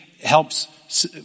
helps